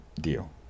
deal